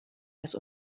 des